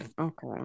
Okay